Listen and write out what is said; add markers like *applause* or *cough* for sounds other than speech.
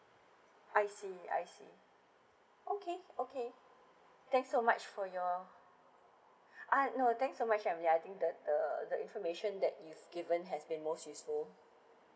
I see I see okay okay thanks so much for your *breath* ah no thanks so much emily I think the the the information that you've given has been most useful